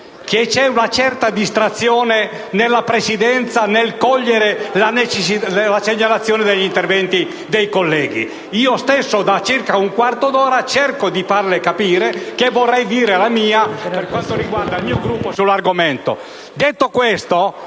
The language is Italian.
che vi è una certa distrazione della Presidenza nel cogliere la segnalazione degli interventi dei colleghi. Io stesso da circa un quarto d'ora cerco di farle capire che vorrei dire la mia, per quanto riguarda il mio Gruppo, sull'argomento. Detto questo,